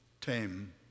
tame